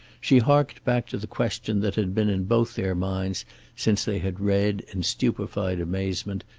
she harked back to the question that had been in both their minds since they had read, in stupefied amazement,